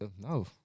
no